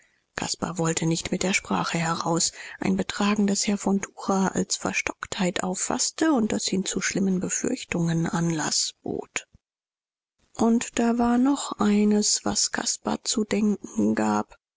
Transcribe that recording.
caspar wollte nicht mit der sprache heraus ein betragen das herr von tucher als verstocktheit auffaßte und das ihm zu schlimmen befürchtungen anlaß bot und da war noch eines was caspar zu denken gab